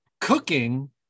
cooking